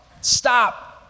stop